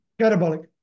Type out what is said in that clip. catabolic